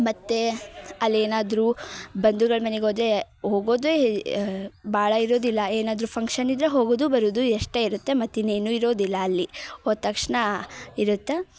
ಮತ್ತು ಅಲ್ಲಿ ಏನಾದರು ಬಂಧುಗಳ ಮನೆಗೆ ಹೋದ್ರೆ ಹೋಗೋದೇ ಭಾಳ ಇರೋದಿಲ್ಲ ಏನಾದರು ಫಂಕ್ಷನ್ ಇದ್ದರೆ ಹೋಗೋದು ಬರೋದು ಎಷ್ಟು ಇರುತ್ತೆ ಮತ್ತು ಇನ್ನೇನು ಇರೋದಿಲ್ಲ ಅಲ್ಲಿ ಹೋದ ತಕ್ಷಣ ಇರುತ್ತು